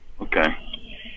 Okay